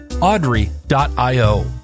Audrey.io